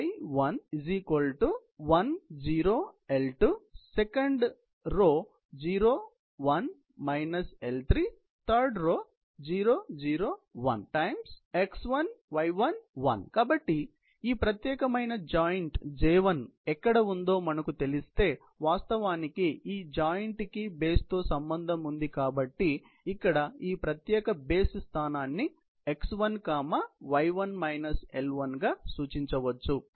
xy1 1 0 L2 0 1 L3 0 0 1 x1 y1 1 కాబట్టి ఈ ప్రత్యేకమైన జాయింట్ j1 ఎక్కడ ఉందో మనకు తెలిస్తే వాస్తవానికి ఈ జాయింట్ కి బేస్ తో సంబంధం ఉంది కాబట్టి ఇక్కడ ఈ ప్రత్యేక బేస్ స్థానాన్ని x 1 గా సూచించవచ్చు